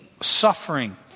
suffering